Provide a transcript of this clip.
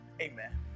Amen